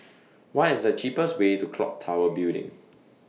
What IS The cheapest Way to Clock Tower Building